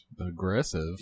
Aggressive